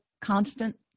constant